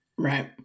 Right